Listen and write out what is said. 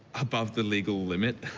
above the legal limit.